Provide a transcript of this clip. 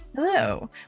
hello